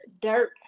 dirt